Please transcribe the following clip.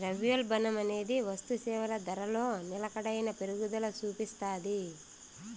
ద్రవ్యోల్బణమనేది వస్తుసేవల ధరలో నిలకడైన పెరుగుదల సూపిస్తాది